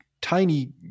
tiny